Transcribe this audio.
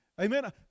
Amen